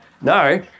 No